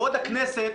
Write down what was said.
כבוד הכנסת,